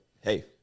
hey